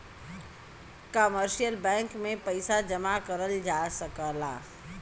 commercial bank में पइसा जमा करल जा सकला